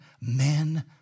men